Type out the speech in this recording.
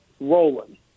rolling